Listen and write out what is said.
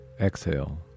exhale